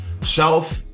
self